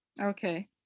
Okay